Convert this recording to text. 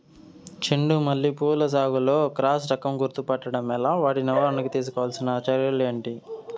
చెండు మల్లి పూల సాగులో క్రాస్ రకం గుర్తుపట్టడం ఎలా? వాటి నివారణకు తీసుకోవాల్సిన చర్యలు ఏంటి?